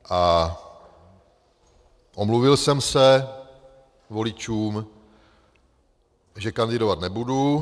A omluvil jsem se voličům, že kandidovat nebudu.